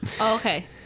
Okay